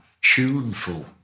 tuneful